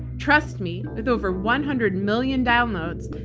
trust me, with over one hundred million downloads,